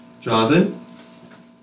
Jonathan